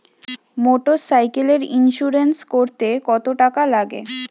মোটরসাইকেলের ইন্সুরেন্স করতে কত টাকা লাগে?